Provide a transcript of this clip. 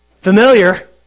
Familiar